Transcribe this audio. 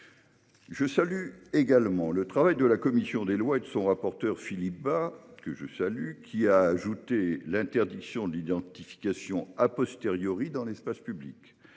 Je salue également le travail de la commission des lois et de son rapporteur Philippe Bas, qui a ajouté l'interdiction de l'identification dans l'espace public.